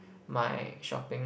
my shopping